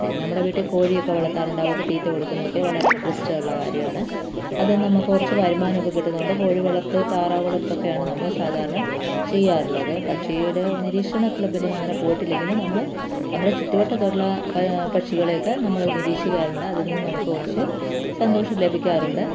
പിന്നെ നമ്മുടെ വീട്ടിൽ കോഴിയൊക്കെ വളർത്താറുണ്ട് അവർക്ക് തീറ്റ കൊടുക്കുന്നതൊക്കെ വളരെ ഇൻ്ററസ്റ്റുള്ള കാര്യമാണ് അത് നമുക്ക് കുറച്ച് വരുമാനമൊക്കെ കിട്ടുന്നതുകൊണ്ട് കോഴി വളർത്ത് താറാവ് വളർത്തൊക്കെയാണ് നമ്മൾ സാധാരണ ചെയ്യാറുള്ളത് പക്ഷിയുടെ നിരീക്ഷണ ക്ലബ്ബിലൊന്നും അങ്ങനെ പോയിട്ടില്ലെങ്കിലും നമ്മൾ നമ്മുടെ ചുറ്റുവട്ടത്തുള്ള പക്ഷികളെയൊക്കെ നമ്മൾ നിരീക്ഷിക്കാറുണ്ട് അതിൽ നിന്ന് നമുക്ക് കുറച്ച് സന്തോഷം ലഭിക്കാറുണ്ട്